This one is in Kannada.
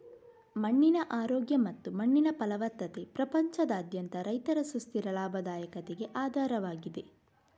ಮಣ್ಣಿನ ಆರೋಗ್ಯ ಮತ್ತು ಮಣ್ಣಿನ ಫಲವತ್ತತೆ ಪ್ರಪಂಚದಾದ್ಯಂತ ರೈತರ ಸುಸ್ಥಿರ ಲಾಭದಾಯಕತೆಗೆ ಆಧಾರವಾಗಿದೆ